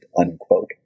unquote